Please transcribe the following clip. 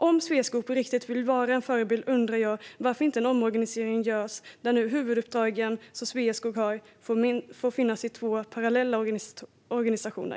Om Sveaskog på riktigt vill vara en förebild undrar jag varför inte en omorganisering görs där huvuduppdragen som Sveaskog har får finnas i två parallella organisationer.